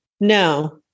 no